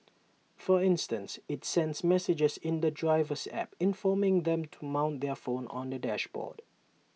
for instance IT sends messages in the driver's app informing them to mount their phone on the dashboard